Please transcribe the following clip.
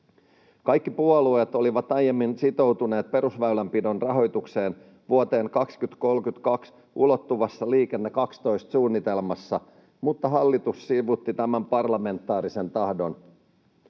Kaikki puolueet olivat aiemmin sitoutuneet perusväylänpidon rahoitukseen vuoteen 2032 ulottuvassa Liikenne 12 ‑suunnitelmassa, mutta hallitus sivuutti tämän parlamentaarisen tahdon.